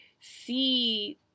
see